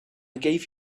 gave